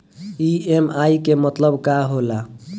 EMI के मतलब का होला?